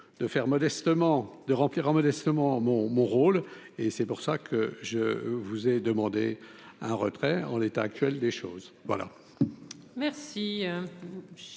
de remplir modestement mon mon rôle et c'est pour ça que je vous ai demandé un retrait en l'état actuel des choses,